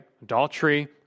Adultery